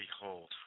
behold